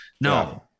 No